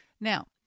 Now